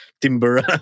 timber